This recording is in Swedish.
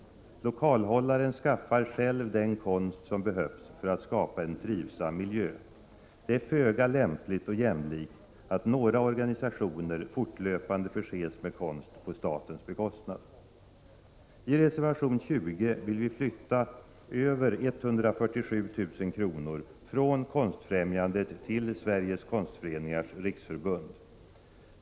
Lokalhållaren skaffar själv den konst som behövs för att skapa en trivsam miljö. Det är föga lämpligt och jämlikt att några organisationer fortlöpande förses med konst på statens bekostnad. I reservation 20 yrkar vi reservanter att 147 000 kr. flyttas över från Konstfrämjandet till Sveriges konstföreningars riksförbund.